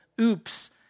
oops